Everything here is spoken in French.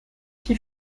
qui